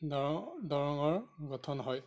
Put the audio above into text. দৰং দৰঙৰ গঠন হয়